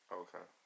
okay